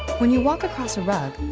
when you walk across a rug,